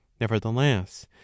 Nevertheless